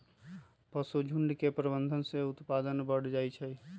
पशुझुण्ड के प्रबंधन से उत्पादन बढ़ जाइ छइ